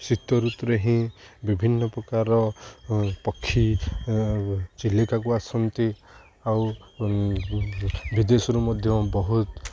ଶୀତ ଋତୁରେ ହିଁ ବିଭିନ୍ନ ପ୍ରକାର ପକ୍ଷୀ ଚିଲିକାକୁ ଆସନ୍ତି ଆଉ ବିଦେଶରୁ ମଧ୍ୟ ବହୁତ